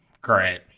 great